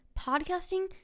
podcasting